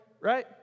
right